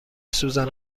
سوزن